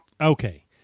Okay